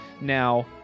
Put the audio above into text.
Now